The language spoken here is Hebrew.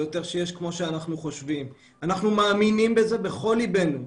אנחנו מאמינים בזה בכל לבנו,